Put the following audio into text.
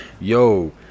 yo